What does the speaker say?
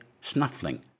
snuffling